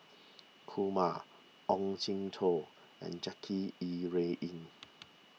Kumar Ong Jin Teong and Jackie Yi Ru Ying